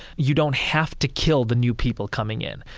you don't have to kill the new people coming in.